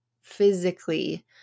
physically